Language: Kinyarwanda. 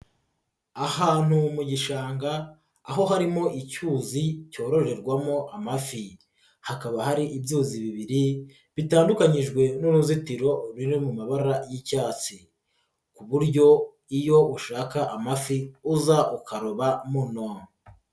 Ahantu mu gishanga aho harimo icyuzi cyororerwamo amafi, hakaba hari ibyuzi bibiri bitandukanyijwe n'uruzitiro ruri mu mabara y'icyatsi ku buryo iyo ushaka amafi uza ukaroba muno.